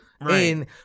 Right